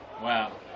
Wow